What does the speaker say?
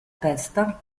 testa